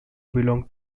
belongs